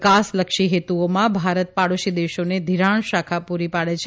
વિકાસલક્ષી હેતુઓમાં ભારત પડોશી દેશોને ઘિરાણ શાખ પૂરી પાડે છે